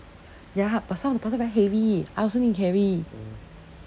ya but some of the parcel very heavy I also need to carry